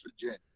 Virginia